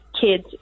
kids